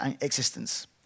existence